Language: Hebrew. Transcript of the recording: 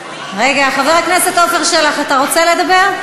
חבר הכנסת עפר שלח, אתה רוצה לדבר?